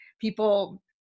people